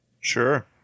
Sure